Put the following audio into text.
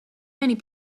many